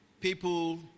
People